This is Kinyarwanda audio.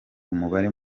umubare